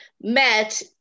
met